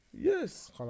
yes